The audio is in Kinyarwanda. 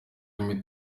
ariyo